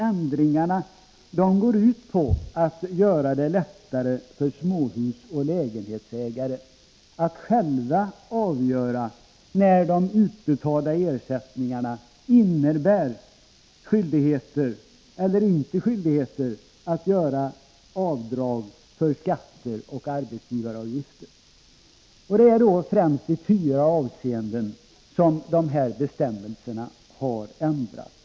Ändringarna går ut på att göra det lättare för småhusoch lägenhetsägare att själva avgöra när de utbetalda ersättningarna innebär skyldighet eller inte skyldighet att göra avdrag för skatter och arbetsgivaravgifter. Det är främst i fyra avseenden som bestämmelserna har ändrats.